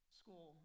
school